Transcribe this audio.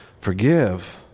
forgive